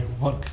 work